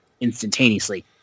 instantaneously